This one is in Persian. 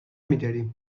میداریم